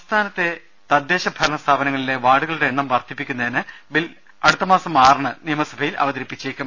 സംസ്ഥാനത്തെ തദ്ദേശ ഭരണ സ്ഥാപനങ്ങളിലെ വാർഡുകളുടെ എണ്ണം വർധിപ്പി ക്കുന്നതിന് ബിൽ അടുത്ത മാസം ആറിന് നിയമസഭയിൽ അവതരിപ്പിച്ചേ ക്കും